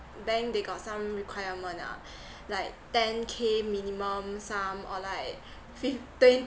bank they got some requirement ah like ten K minimum sum or like fif~